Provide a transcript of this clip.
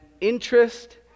interest